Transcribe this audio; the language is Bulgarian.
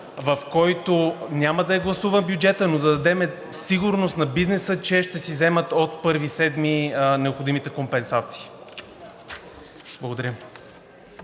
в който няма да е гласуван бюджетът, но да дадем сигурност на бизнеса, че ще си вземат от 1 юли необходимите компенсации. Благодаря.